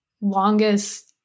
longest